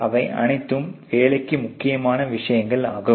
அவை அனைத்தும் வேலைக்கு முக்கியமான விஷயங்கள் ஆகும்